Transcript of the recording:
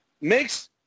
makes